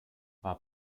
war